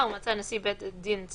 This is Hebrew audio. זה בעצם סעיף שאומר ששר הביטחון יודיע